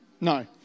No